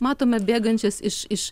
matome bėgančias iš iš